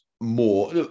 more